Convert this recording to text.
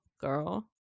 girl